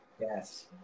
yes